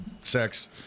sex